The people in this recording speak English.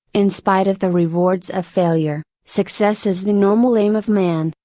in spite of the rewards of failure, success is the normal aim of man,